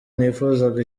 nifuzaga